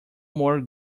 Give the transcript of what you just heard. more